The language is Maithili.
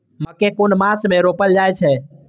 मकेय कुन मास में रोपल जाय छै?